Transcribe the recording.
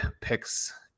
picks